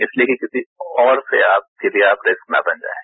इसलिए कि किसी और के लिए आप रिस्क न बन जायें